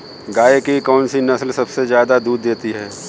गाय की कौनसी नस्ल सबसे ज्यादा दूध देती है?